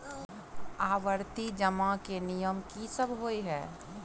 आवर्ती जमा केँ नियम की सब होइ है?